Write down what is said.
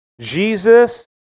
Jesus